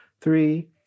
three